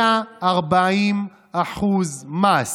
140% מס.